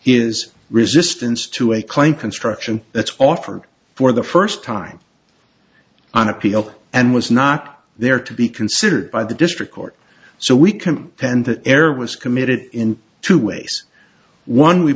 is resistance to a claim construction that's offered for the first time on appeal and was not there to be considered by the district court so we can attend the air was committed in two ways one we